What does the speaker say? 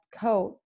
coat